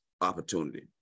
opportunity